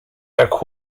jak